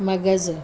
मगज़